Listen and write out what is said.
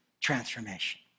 transformation